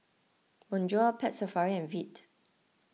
Bonjour Pet Safari and Veet